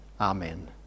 Amen